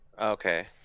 Okay